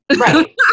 Right